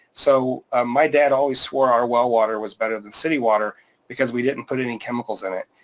so my dad always swore our well water was better than city water because we didn't put any chemicals in it.